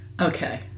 Okay